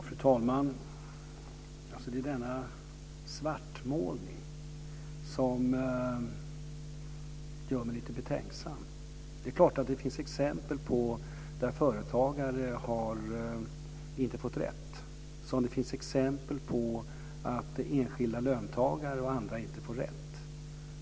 Fru talman! Denna svartmålning gör mig lite betänksam. Det är klart att det finns exempel på att företagare inte har fått rätt och exempel på att enskilda löntagare och andra inte har fått rätt.